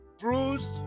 bruised